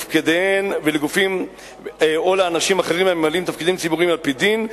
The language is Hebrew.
לפקידיהן ולגופים או לאנשים אחרים הממלאים תפקידים ציבוריים על-פי דין,